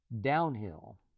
Downhill